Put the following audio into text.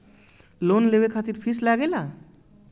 Loan लेवे खातिर fees लागेला?